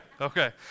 Okay